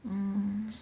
mm